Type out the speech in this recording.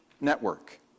Network